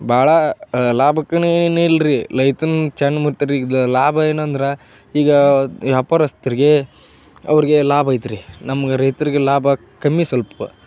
ಭಾಳ ಲಾಭಕ್ಕನೇ ಏನಿಲ್ಲ ರಿ ಲೈತನ್ ಲಾಭ ಏನಂದ್ರೆ ಈಗ ವ್ಯಾಪಾರಸ್ಥರಿಗೆ ಅವರಿಗೆ ಲಾಭ ಐತ್ರಿ ನಮ್ಗೆ ರೈತರಿಗೆ ಲಾಭ ಕಮ್ಮಿ ಸ್ವಲ್ಪ